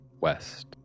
west